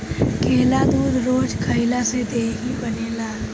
केला दूध रोज खइला से देहि बनेला